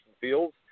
Fields